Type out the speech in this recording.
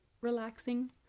relaxing